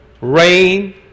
rain